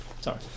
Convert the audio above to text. sorry